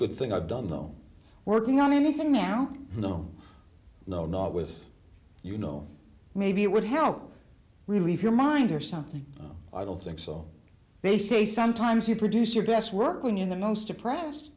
good thing i've done though working on anything now no no no it was you know maybe it would help relieve your mind or something i don't think so they say sometimes you produce your best work when you're the most depressed